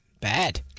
bad